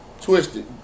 twisted